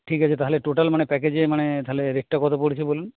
ঠিক আছে তাহলে টোটাল মানে প্যাকেজে মানে তাহলে রেটটা কত পড়ছে বলুন